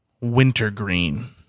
wintergreen